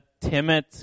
timid